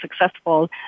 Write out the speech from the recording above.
successful